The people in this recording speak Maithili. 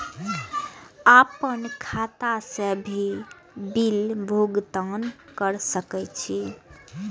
आपन खाता से भी बिल भुगतान कर सके छी?